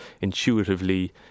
intuitively